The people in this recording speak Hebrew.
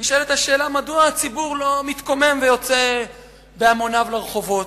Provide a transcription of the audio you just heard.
נשאלת השאלה מדוע הציבור לא מתקומם ויוצא בהמוניו לרחובות,